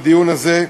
בדיון הזה.